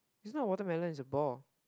it's not watermelon it's a ball